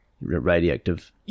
radioactive